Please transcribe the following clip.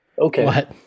Okay